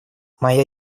моя